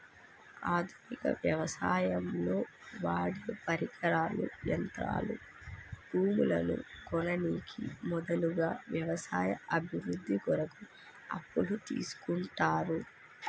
ఆధునిక వ్యవసాయంలో వాడేపరికరాలు, యంత్రాలు, భూములను కొననీకి మొదలగు వ్యవసాయ అభివృద్ధి కొరకు అప్పులు తీస్కుంటరు